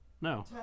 No